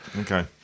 Okay